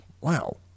Wow